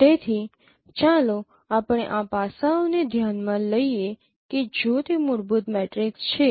તેથી ચાલો આપણે આ પાસાઓને ધ્યાન માં લઈએ કે જો તે મૂળભૂત મેટ્રિક્સ છે